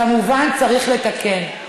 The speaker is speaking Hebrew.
כמובן צריך לתקן.